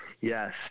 Yes